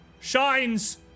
shines